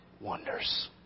wonders